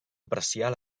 apreciar